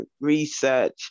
research